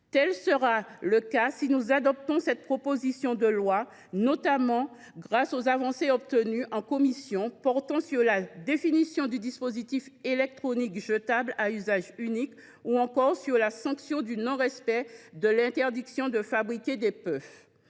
Tel sera le cas si nous adoptons cette proposition de loi, notamment grâce aux avancées obtenues en commission sur la définition du dispositif électronique jetable à usage unique ou encore sur la sanction du non respect de l’interdiction de fabriquer des puffs.